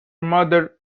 mother